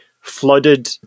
flooded